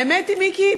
האמת, מיקי?